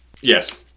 Yes